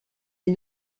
est